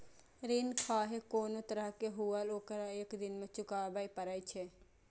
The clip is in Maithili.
ऋण खाहे कोनो तरहक हुअय, ओकरा एक दिन चुकाबैये पड़ै छै